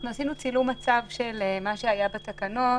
אנחנו עשינו צילום מצב של מה שהיה בתקנות,